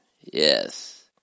Yes